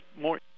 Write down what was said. more